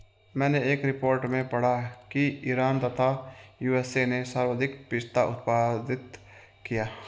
मैनें एक रिपोर्ट में पढ़ा की ईरान तथा यू.एस.ए ने सर्वाधिक पिस्ता उत्पादित किया